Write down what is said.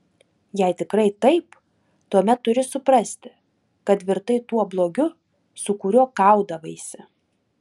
jei tikrai taip tuomet turi suprasti kad virtai tuo blogiu su kuriuo kaudavaisi